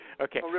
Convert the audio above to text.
Okay